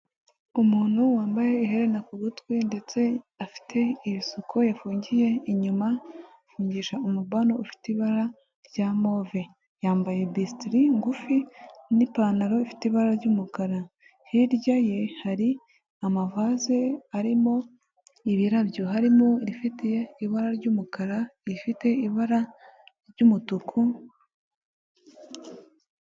Umuntu wambaye iherena ku gutwi, ndetse afite ibisuko yafungiye inyuma, afungisha umubano ufite ibara rya move. Yambaye besitiri ngufi n'ipantaro ifite ibara ry'umukara. Hirya ye hari amavaze arimo ibirabyo, harimo irifite ibara ry'umukara, irifite ibara ry'umutuku.